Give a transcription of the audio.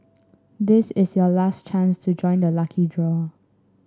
this is your last chance to join the lucky draw